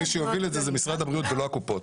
ומי שיוביל את זה, זה משרד הבריאות ולא הקופות.